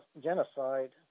genocide